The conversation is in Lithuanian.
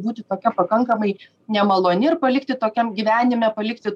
būti tokia pakankamai nemaloni ir palikti tokiam gyvenime palikti